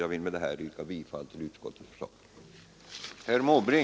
Jag vill med detta yrka bifall till utskottets hemställan.